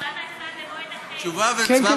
תשובה והצבעה במועד אחר.